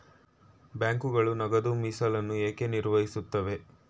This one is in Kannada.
ಬ್ಯಾಂಕುಗಳು ನಗದು ಮೀಸಲನ್ನು ಏಕೆ ನಿರ್ವಹಿಸುತ್ತವೆ?